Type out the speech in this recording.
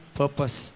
purpose